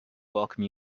welcome